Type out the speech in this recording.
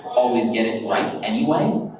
always get it right anyway?